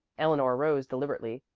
eleanor rose deliberately,